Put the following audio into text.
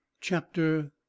chapter